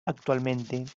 actualmente